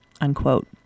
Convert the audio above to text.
unquote